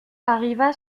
arriva